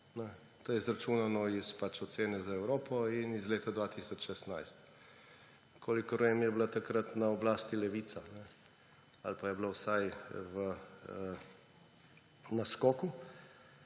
To je izračunano iz ocene za Evropo in iz leta 2016. Kolikor vem, je bila takrat na oblasti levica, ali pa je bila vsaj v naskoku,